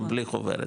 גם בלי חוברת,